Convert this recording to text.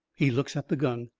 he looks at the gun.